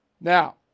Now